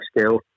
skill